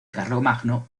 carlomagno